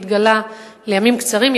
לימים קצרים,